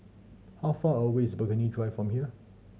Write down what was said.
how far away is Burghley Drive from here